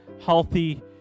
Healthy